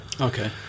Okay